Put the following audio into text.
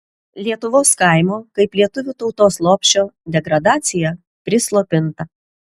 lietuvos kaimo kaip lietuvių tautos lopšio degradacija prislopinta